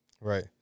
Right